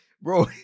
bro